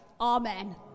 Amen